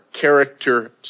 character